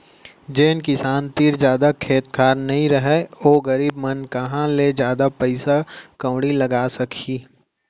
जेन किसान तीर जादा खेत खार नइ रहय ओ गरीब मन कहॉं ले जादा पइसा कउड़ी लगाय सकहीं